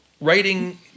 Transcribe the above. writing